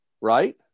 right